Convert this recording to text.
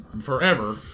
forever